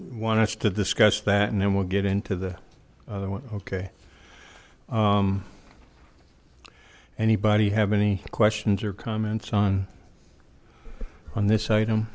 want us to discuss that and then we'll get into the other one okay anybody have any questions or comments on on this item